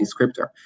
descriptor